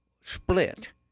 split